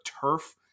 turf